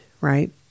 Right